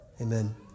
Amen